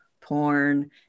porn